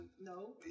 No